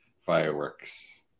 Fireworks